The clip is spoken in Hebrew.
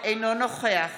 אינו נוכח